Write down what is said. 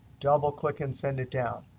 double click, and send it down.